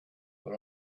but